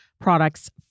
products